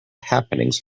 happenings